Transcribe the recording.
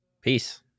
peace